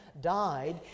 died